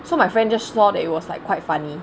so my friend just saw that it was like quite funny